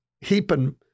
heaping